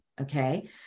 okay